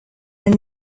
are